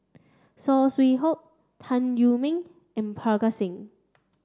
Saw Swee Hock Tan Meng and Parga Singh